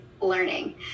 learning